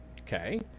okay